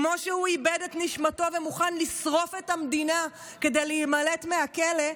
כמו שהוא איבד את נשמתו ומוכן לשרוף את המדינה כדי להימלט מהכלא,